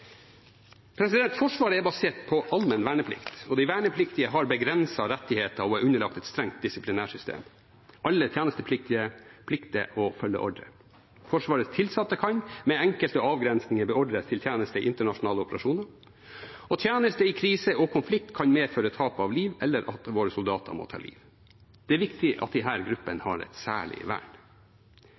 verneplikt, og de vernepliktige har begrensede rettigheter og er underlagt et strengt disiplinærsystem. Alle tjenestepliktige plikter å følge ordre. Forsvarets tilsatte kan – med enkelte avgrensninger – beordres til tjeneste i internasjonale operasjoner. Tjeneste i krise og konflikt kan medføre tap av liv eller at våre soldater må ta liv. Det er viktig at disse gruppene har et særlig vern.